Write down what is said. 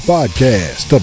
Podcast